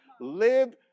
Live